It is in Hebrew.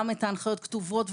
גם את ההנחיות כתובות,